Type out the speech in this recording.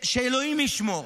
שאלוהים ישמור.